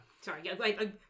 Sorry